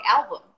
album